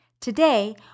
Today